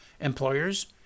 employers